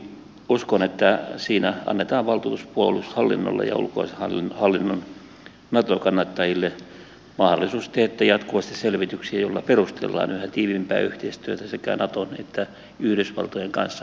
uskon että siinä annetaan valtuutus puolustushallinnolle ja ulkoasiainhallinnon nato kannattajille mahdollisuus teettää jatkuvasti selvityksiä joilla perustellaan yhä tiiviimpää yhteistyötä sekä naton että yhdysvaltojen kanssa